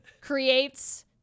creates